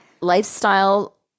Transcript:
lifestyle